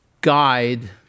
guide